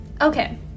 Okay